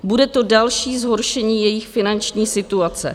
Bude to další zhoršení jejich finanční situace.